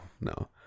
no